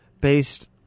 based